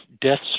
deaths